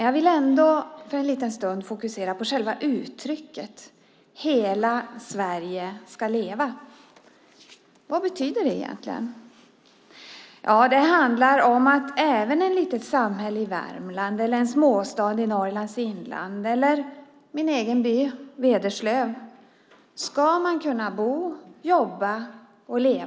Jag vill för en liten stund fokusera på själva uttrycket: Hela Sverige ska leva. Vad betyder det egentligen? Det handlar om att man ska kunna bo, jobba och leva även i ett litet samhälle i Värmland, i en småstad i Norrlands inland eller i min egen by Vederslöv.